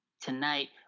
tonight